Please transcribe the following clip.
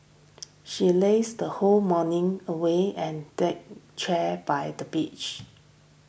she lazed the whole morning away and the chair by the beach